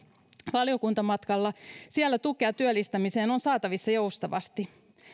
valiokuntamatkalla siellä tukea työllistämiseen on saatavissa joustavasti